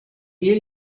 ihr